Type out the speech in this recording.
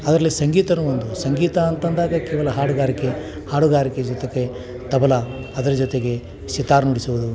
ಅದರಲ್ಲಿ ಸಂಗೀತವೂ ಒಂದು ಸಂಗೀತ ಅಂತ ಅಂದಾಗ ಕೇವಲ ಹಾಡುಗಾರಿಕೆ ಹಾಡುಗಾರಿಕೆ ಜೊತೆಗೆ ತಬಲಾ ಅದರ ಜೊತೆಗೆ ಸಿತಾರ್ ನುಡಿಸುವುದು